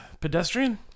pedestrian